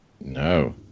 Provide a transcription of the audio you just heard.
No